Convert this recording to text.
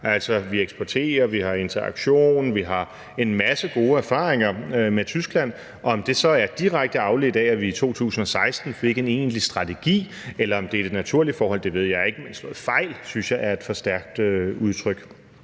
Altså, vi eksporterer, vi har interaktion – vi har en masse gode erfaringer med Tyskland. Om det så er direkte afledt af, at vi i 2016 fik en egentlig strategi, eller om det skyldes et naturligt forhold, ved jeg ikke, men at sige, at det er slået fejl, synes jeg er et for stærkt udtryk.